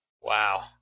Wow